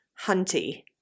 Hunty